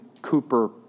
Cooper